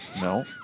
No